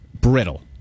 Brittle